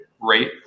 rate